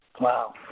Wow